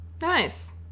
Nice